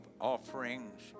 offerings